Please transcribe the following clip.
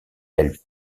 elle